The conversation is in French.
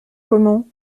comment